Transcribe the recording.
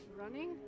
Running